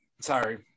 sorry